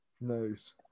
Nice